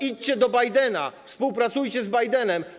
Idźcie do Bidena, współpracujcie z Bidenem.